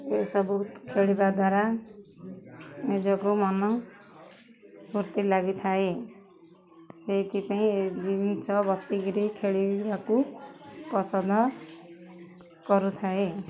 ଏସବୁ ଖେଳିବା ଦ୍ୱାରା ନିଜକୁ ମନ ଫୁର୍ତ୍ତି ଲାଗିଥାଏ ସେଇଥିପାଇଁ ଏ ଜିନିଷ ବସିକିରି ଖେଳିବାକୁ ପସନ୍ଦ କରୁଥାଏ